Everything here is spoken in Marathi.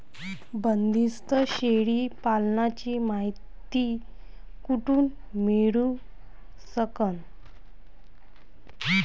बंदीस्त शेळी पालनाची मायती कुठून मिळू सकन?